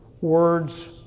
words